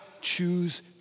choose